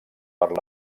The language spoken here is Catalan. per